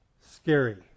Scary